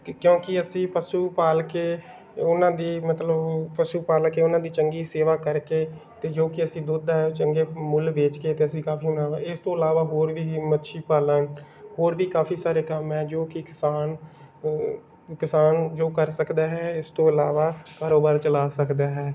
ਕਿਉਂਕਿ ਅਸੀਂ ਪਸ਼ੂ ਪਾਲ ਕੇ ਉਹਨਾਂ ਦੀ ਮਤਲਬ ਪਸ਼ੂ ਪਾਲ ਕੇ ਉਹਨਾਂ ਦੀ ਚੰਗੀ ਸੇਵਾ ਕਰਕੇ ਅਤੇ ਜੋ ਕਿ ਅਸੀਂ ਦੁੱਧ ਹੈ ਉਹ ਚੰਗੇ ਮੁੱਲ ਵੇਚ ਕੇ ਅਤੇ ਅਸੀਂ ਕਾਫੀ ਮੁਨਾਫਾ ਇਸ ਤੋਂ ਇਲਾਵਾ ਹੋਰ ਵੀ ਅਸੀਂ ਮੱਛੀ ਪਾਲਣ ਹੋਰ ਵੀ ਕਾਫੀ ਸਾਰੇ ਕੰਮ ਹੈ ਜੋ ਕਿ ਕਿਸਾਨ ਉਹ ਕਿਸਾਨ ਜੋ ਕਰ ਸਕਦਾ ਹੈ ਇਸ ਤੋਂ ਇਲਾਵਾ ਕਾਰੋਬਾਰ ਚਲਾ ਸਕਦਾ ਹੈ